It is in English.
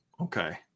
Okay